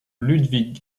ludwig